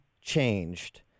changed